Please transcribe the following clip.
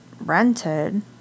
Rented